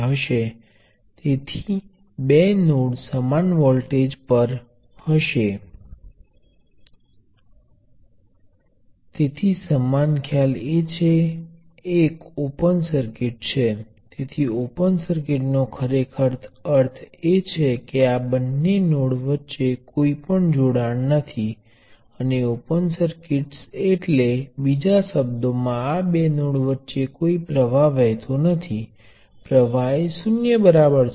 ઇન્ડક્ટર્સના series કનેક્શનના પરિણામે એક ઇન્ડક્ટર નુ પરિણામ હશે જેનું મૂલ્ય ઇન્ડકટન્સ નો સરવાળો છે અને ઇન્ડક્ટર્સના સમાંતર જોડાણ નું પરિણામ એક ઇન્ડક્ટરને મળે છે જેનું મૂલ્ય અસરકારક પારસ્પરિક પરિણામના સરવાળો દ્વારા આપવામાં આવે છે